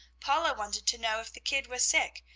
paula wanted to know if the kid was sick,